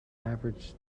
average